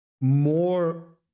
more